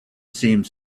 seemed